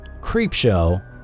Creepshow